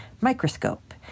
microscope